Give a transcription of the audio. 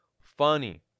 funny